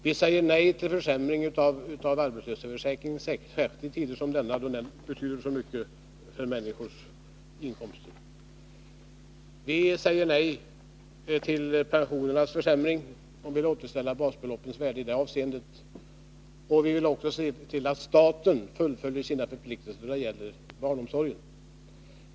Vi säger nej till försämringar av arbetslöshetsförsäkringen, särskilt i tider som dessa, då den betyder så mycket för människornas inkomster. Vi säger nej till pensionernas försämring och vill återställa basbeloppets värde i detta avseende. Vi vill också se till att staten fullföljer sina förpliktelser då det gäller barnomsorg.